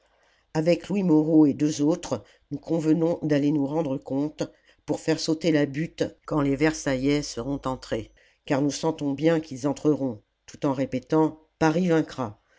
avec louis moreau et deux autres nous convenons d'aller nous rendre compte pour faire sauter la butte quand les versaillais seront entrés car nous sentons bien qu'ils entreront tout en répétant paris vaincra